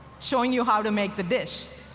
showing you how to make the dish.